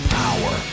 power